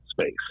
space